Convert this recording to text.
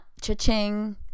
cha-ching